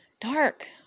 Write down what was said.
dark